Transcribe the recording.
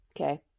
Okay